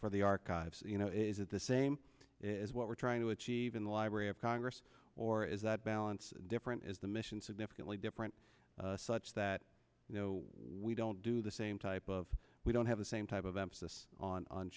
for the archives you know is it the same as what we're trying to achieve in the library of congress or is that balance different is the mission significantly different such that you know we don't do the same type of we don't have the same type of emphasis on